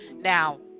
now